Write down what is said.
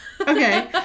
Okay